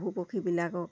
পশুপক্ষীবিলাকক